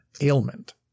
ailment